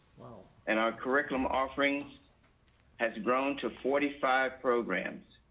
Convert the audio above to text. and our curriculum offerings has grown to forty five programs.